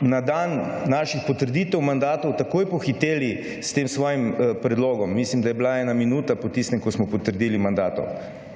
na dan naših potrditev mandatov takoj pohiteli s tem svojim predlogom. Mislim, da je bila ena minuta po tistem ko smo potrdili mandate.